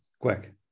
Quick